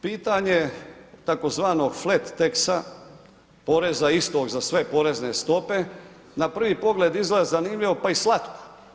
Pitanje tzv. flat tax-a, poreza istog za sve porezne stope, na prvi pogled izgleda zanimljivo, pa i slatko.